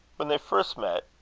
when they first met,